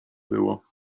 było